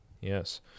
Yes